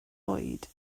oed